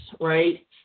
right